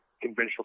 conventional